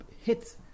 hits